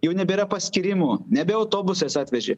jau nebėra paskyrimo nebe autobusais atvežė